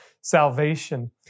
salvation